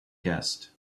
guest